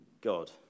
God